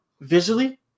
visually